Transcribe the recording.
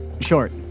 short